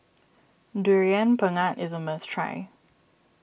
Durian Pengat is a must try